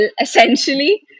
essentially